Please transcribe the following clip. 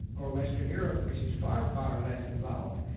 or western europe, which is far, far less involved.